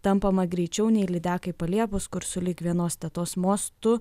tampama greičiau nei lydekai paliepus kur sulig vienos tetos mostu